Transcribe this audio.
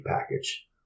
package